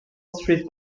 street